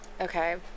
okay